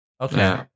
Okay